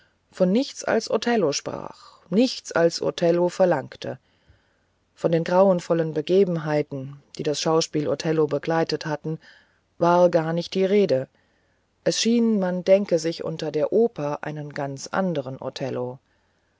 von nichts als othello sprach nichts als othello verlangte von den grauenvollen begebenheiten die das schauspiel othello begleitet hatten war gar nicht die rede es schien man denke sich unter der oper einen ganz andern othello